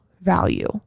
value